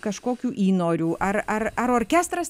kažkokių įnorių ar ar ar orkestras